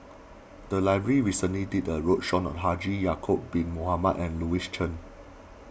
the library recently did a roadshow on Haji Ya'Acob Bin Mohamed and Louis Chen